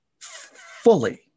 fully